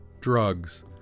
drugs